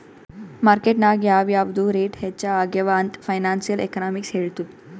market ನಾಗ್ ಯಾವ್ ಯಾವ್ದು ರೇಟ್ ಹೆಚ್ಚ ಆಗ್ಯವ ಅಂತ್ ಫೈನಾನ್ಸಿಯಲ್ ಎಕನಾಮಿಕ್ಸ್ ಹೆಳ್ತುದ್